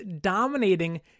dominating